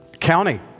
county